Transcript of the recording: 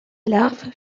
larve